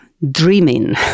dreaming